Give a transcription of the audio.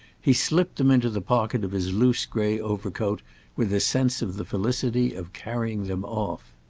he slipped them into the pocket of his loose grey overcoat with a sense of the felicity of carrying them off.